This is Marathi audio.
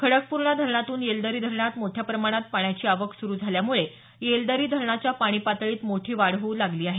खडकपूर्णा धरणातून येलदरी धरणात मोठ्या प्रमाणात पाण्याची आवक सुरू झाल्यामुळे येलदरी धरणाच्या पाणी पातळीत मोठी वाढ होऊ लागली आहे